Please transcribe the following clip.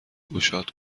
گشاد